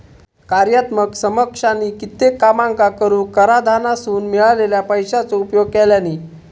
कार्यात्मक समकक्षानी कित्येक कामांका करूक कराधानासून मिळालेल्या पैशाचो उपयोग केल्यानी